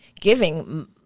giving